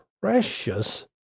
precious